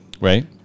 right